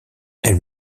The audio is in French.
elle